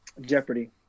Jeopardy